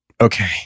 Okay